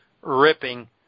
ripping